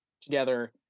together